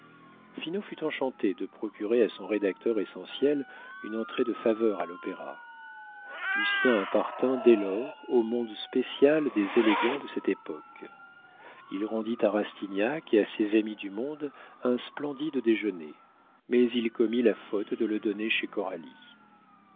fut enchanté de procurer à son rédacteur essentiel une entrée de faveur à l'opéra lucien appartint dès lors au monde spécial des élégants de cette époque il rendit à rastignac et à ses amis du monde un splendide déjeuner mais il commit la faute de le donner chez